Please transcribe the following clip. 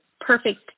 perfect